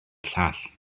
llall